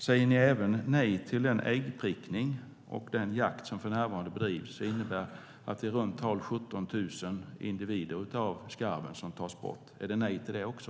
Säger ni även nej till den äggprickning och den jakt som för närvarande bedrivs och som innebär att i runda tal 17 000 individer av skarven tas bort? Säger ni nej till det också?